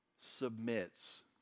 submits